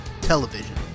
television